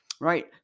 Right